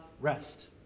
rest